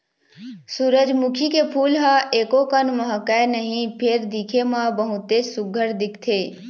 सूरजमुखी के फूल ह एकोकन महकय नहि फेर दिखे म बहुतेच सुग्घर दिखथे